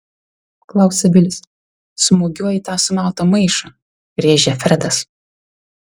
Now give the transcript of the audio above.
klausia vilis smūgiuoju į tą sumautą maišą rėžia fredas